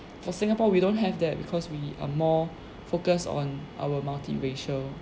for singapore we don't have that because we are more focus on our multi racial